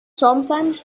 sometimes